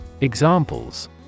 Examples